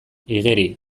igeri